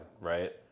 Right